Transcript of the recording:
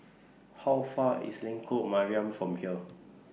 How Far IS Lengkok Mariam from here